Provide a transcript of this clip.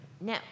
No